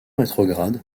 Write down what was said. rétrograde